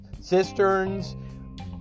cisterns